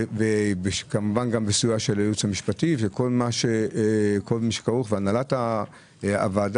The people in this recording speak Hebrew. כמובן גם בסיוע של הייעוץ המשפטי והנהלת הוועדה,